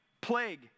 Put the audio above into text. plague